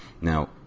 Now